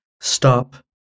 stop